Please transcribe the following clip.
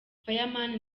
fireman